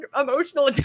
emotional